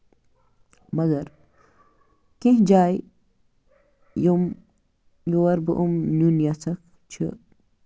مَگر کیٚنہہ جایہِ یِم یور بہٕ یِم نیُن یَژھان چھُ